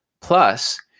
Plus